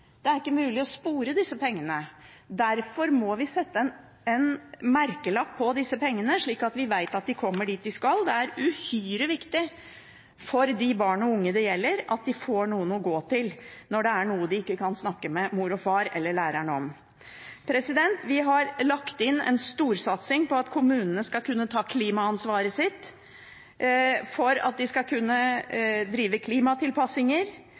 Det er ikke mulig å spore disse pengene. Derfor må vi sette en merkelapp på disse pengene, slik at vi vet at de kommer dit de skal. Det er uhyre viktig for de barn og unge det gjelder, at de får noen å gå til når det er noe de ikke kan snakke med mor og far eller læreren sin om. Vi har lagt inn en storsatsing på at kommunene skal kunne ta klimaansvaret sitt, for at de skal kunne drive